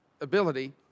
ability